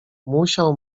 musiał